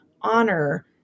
honor